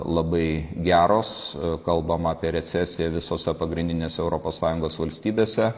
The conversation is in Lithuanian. labai geros kalbama apie recesiją visose pagrindinėse europos sąjungos valstybėse